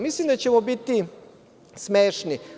Mislim da ćemo biti smešni.